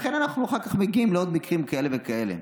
לכן אנחנו אחר כך מגיעים לעוד מקרים כאלה וכאלה.